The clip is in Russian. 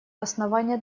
основания